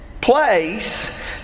place